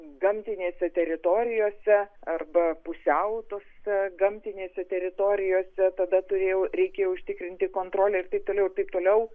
gamtinėse teritorijose arba pusiau tose gamtinėse teritorijose tada turėjau reikėjo užtikrinti kontrolę ir taip toliau ir taip toliau